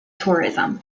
tourism